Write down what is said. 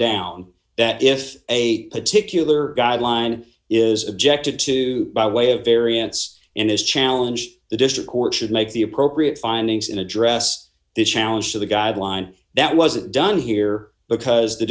down that if a particular guideline is objected to by way of variance in this challenge the district court should make the appropriate findings and address this challenge to the guideline that wasn't done here because the